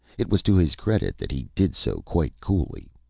it was to his credit that he did so quite coolly.